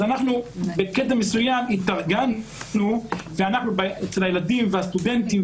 בקטע מסוים התארגנו ואצל הילדים והסטודנטים